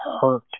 hurt